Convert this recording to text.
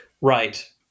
Right